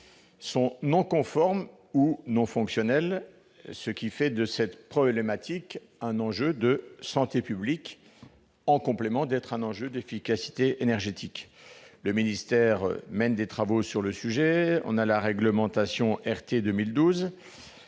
sont non conformes ou non fonctionnelles, ce qui fait de cette problématique un enjeu de santé publique, en plus d'être un enjeu en termes d'efficacité énergétique. Le ministère mène des travaux sur le sujet et la réglementation RT 2012